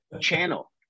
channel